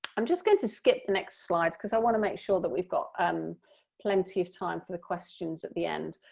i'm just going to skip the next slides, because i want to make sure that we've got um plenty of time for the questions at the end.